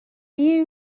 you